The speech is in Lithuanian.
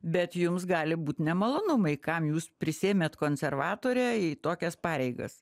bet jums gali būt nemalonumai kam jūs prisiėmėt konservatorę į tokias pareigas